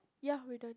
ya we're done